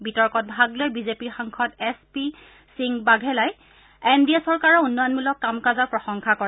বিতৰ্কত ভাগ লৈ বিজেপিৰ সাংসদ এছ পি সিং বাঘেলাই এন ডি এ চৰকাৰৰ উন্নয়নমূলক কাম কাজৰ প্ৰশংসা কৰে